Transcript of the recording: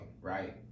right